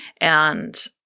and-